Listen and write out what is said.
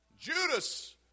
Judas